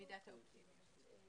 במידת האופטימיות.